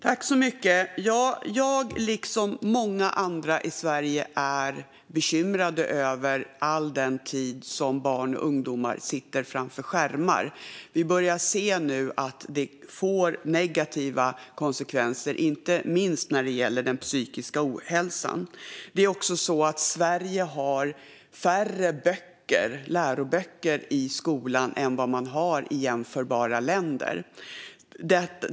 Fru talman! Jag liksom många andra i Sverige är bekymrade över all tid som barn och ungdomar sitter framför skärmar. Vi börjar se att det får negativa konsekvenser, inte minst när det gäller den psykiska ohälsan. Samtidigt har Sverige färre läroböcker i skolan än vad jämförbara länder har.